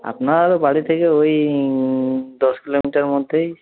আপনার বাড়ি থেকে ওই দশ কিলোমিটার মধ্যেই